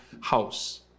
house